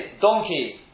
donkey